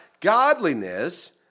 godliness